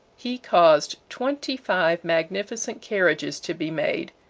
he caused twenty-five magnificent carriages to be made,